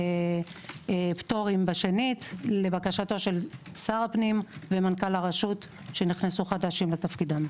הפטורים בשנית לבקשתו של שר הפנים ומנכ"ל הרשות שנכנסו חדשים לתפקידם.